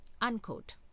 unquote